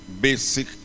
basic